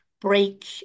break